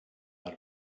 out